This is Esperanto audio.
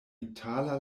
itala